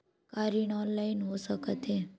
का ऋण ऑनलाइन हो सकत हे?